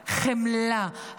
חמלה,